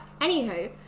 anywho